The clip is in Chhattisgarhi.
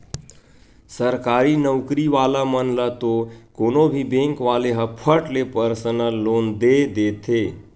सरकारी नउकरी वाला मन ल तो कोनो भी बेंक वाले ह फट ले परसनल लोन दे देथे